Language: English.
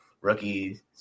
rookies